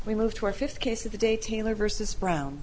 we move to our fifth case of the day taylor versus brown